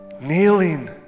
kneeling